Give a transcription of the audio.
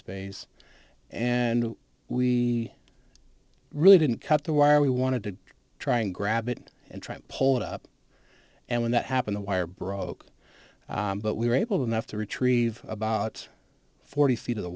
space and we really didn't cut the wire we wanted to try and grab it and try to pull it up and when that happened the wire broke but we were able enough to retrieve about forty feet of the